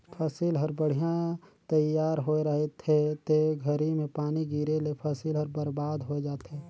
फसिल हर बड़िहा तइयार होए रहथे ते घरी में पानी गिरे ले फसिल हर बरबाद होय जाथे